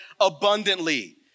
abundantly